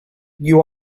you